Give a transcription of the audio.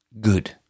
good